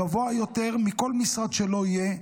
גבוה יותר מכל משרד שלא יהיה,